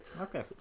Okay